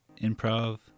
improv